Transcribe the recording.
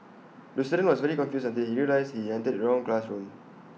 the student was very confused until he realised he entered the wrong classroom